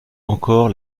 encore